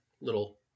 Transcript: little